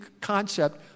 concept